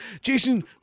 Jason